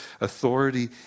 authority